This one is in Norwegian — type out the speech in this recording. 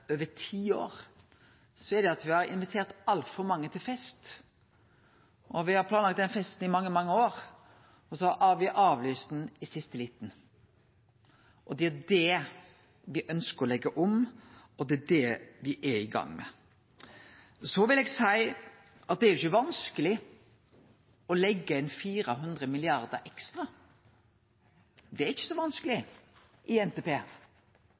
over tiår, er det at me har invitert altfor mange til fest. Me har planlagt den festen i mange, mange år, og så har me avlyst han i siste liten. Det er det me ønskjer å leggje om, og det er det me er i gang med. Så vil eg seie at det er jo ikkje vanskeleg å leggje inn 400 mrd. ekstra i NTP. Det er ikkje så vanskeleg.